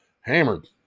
hammered